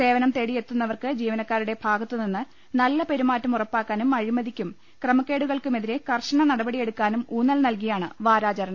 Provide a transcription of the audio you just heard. സേവനം തേടിയെത്തുന്നവർക്ക് ജീവനക്കാരുടെ ഭാഗത്തു നിന്ന് നല്ല പെരുമാറ്റം ഉറപ്പാക്കാനും അഴിമതിക്കും ക്രമക്കേടു കൾക്കുമെതിരെ കർശന നടപടിയെടുക്കാനും ഊന്നൽ നൽകി യാണ് വാരാചരണം